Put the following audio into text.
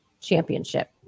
championship